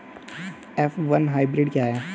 F one hybrid क्या है?